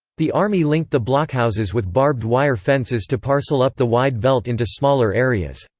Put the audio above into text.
the army linked the blockhouses with barbed wire fences to parcel up the wide veld into smaller areas.